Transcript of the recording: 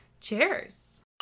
Cheers